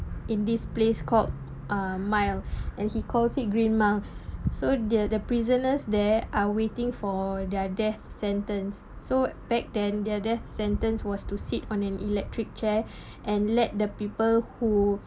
in this place called uh mile and he calls it green mile so the the prisoners there are waiting for their death sentence so back then their death sentence was to sit on an electric chair and let the people who